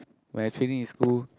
when actually in school